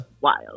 wild